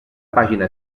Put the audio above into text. pàgina